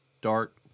Dark